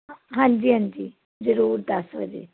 ਹਾਂਜੀ ਹਾਂਜੀ ਜਰੂਰ ਦਸ ਵਜੇ